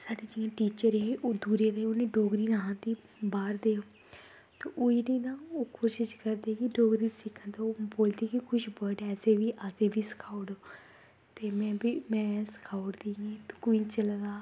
ते जियां साढ़ी इक्क टीचर ही दूरै दी ते उसी डोगरी निं ही आंदी बाहर दा ते ओह् जेह्ड़ी ना कोशिश करदे की डोगरी सिक्खनै ई बोलदी की कुछ वर्ड ऐसे असें ई बी सखाई ओड़ो ते में बी में बी सखाई ओड़दी ही ते कोई चला दा